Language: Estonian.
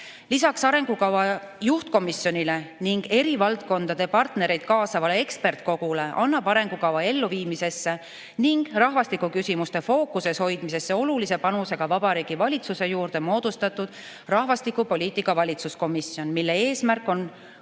Lisaks arengukava juhtkomisjonile ning eri valdkondade partnereid kaasavale eksperdikogule annab arengukava elluviimisesse ning rahvastikuküsimuste fookuses hoidmisesse olulise panuse ka Vabariigi Valitsuse juurde moodustatud rahvastikupoliitika valitsuskomisjon, mille eesmärk on koos